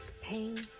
Pain